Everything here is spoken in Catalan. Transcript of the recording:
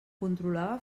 controlava